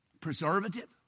Preservative